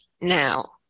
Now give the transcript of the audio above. now